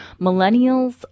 Millennials